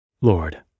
Lord